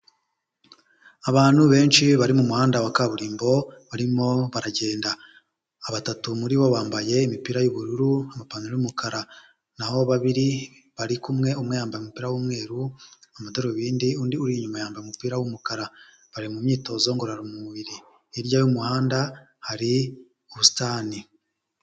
Abantu benshi bari mu muhanda wa kaburimbo, barimo baragenda, batatu muri bo bambaye imipira y'ubururu, amapantaro y'umukara, n'aho babiri bari kumwe umwe yambaye umupira w'umweru, amadarubindi, undi uri inyuma yambaye umupira w'umukara, bari mu myitozo ngororamubiri hirya y'umuhanda hari ubusitani.